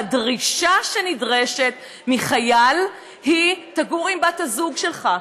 הדרישה שנדרשת מחייל: תגור עם בת הזוג שלך.